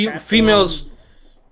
females